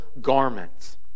garments